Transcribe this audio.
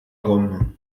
rome